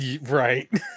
right